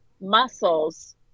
muscles